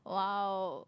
!wow!